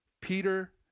Peter